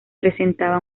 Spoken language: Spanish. presentaba